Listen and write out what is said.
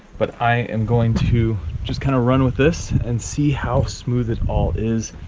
but i am going to just kinda run with this and see how smooth it all is.